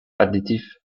additive